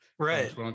Right